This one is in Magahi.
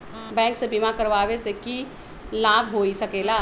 बैंक से बिमा करावे से की लाभ होई सकेला?